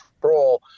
control